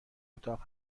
اتاق